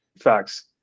facts